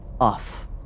off